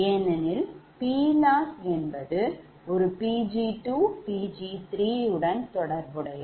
ஏனெனில் PLoss என்பது ஒரு Pg2Pg3 உடன் தொடர்புடையது